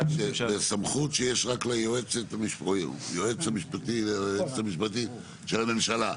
בסמכות שיש רק ליועץ או היועצת המשפטית של הממשלה.